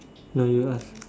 no you ask